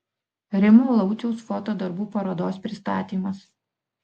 rimo lauciaus foto darbų parodos pristatymas